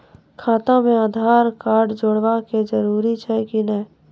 खाता म आधार कार्ड जोड़वा के जरूरी छै कि नैय?